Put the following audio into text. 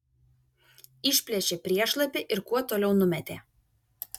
išplėšė priešlapį ir kuo toliau numetė